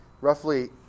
roughly